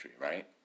right